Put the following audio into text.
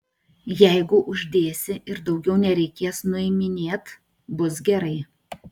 jeigu uždėsi ir daugiau nereikės nuiminėt bus gerai